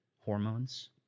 hormones